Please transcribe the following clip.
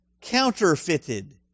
counterfeited